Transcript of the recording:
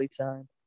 time